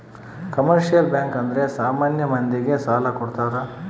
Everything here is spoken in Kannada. ಕಮರ್ಶಿಯಲ್ ಬ್ಯಾಂಕ್ ಅಂದ್ರೆ ಸಾಮಾನ್ಯ ಮಂದಿ ಗೆ ಸಾಲ ಕೊಡ್ತಾರ